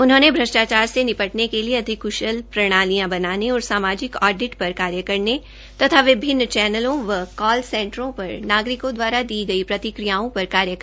उन्होंने भ्रष्टाचार से निपटने के लिए अधिक कुशल प्रणालियां बनाने और सामाजिक ऑडिट पर कार्य करने तथा विभिन्न चैनलों एवं कॉल सेंटर पर नागरिकों द्वारा दी गई प्रतिक्रिया पर कार्य करने की हिदायत भी की